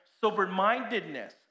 sober-mindedness